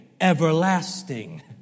everlasting